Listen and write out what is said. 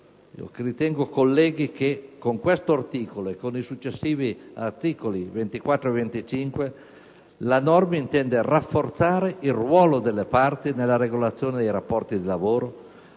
penso che con quest'articolo e i successivi (il 24 e il 25) la norma intenda rafforzare il ruolo delle parti nella regolazione dei rapporti di lavoro,